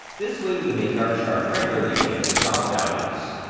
this way we make our chart render the latest stock values.